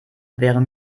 wäre